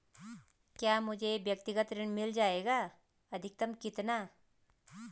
क्या मुझे व्यक्तिगत ऋण मिल जायेगा अधिकतम कितना?